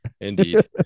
Indeed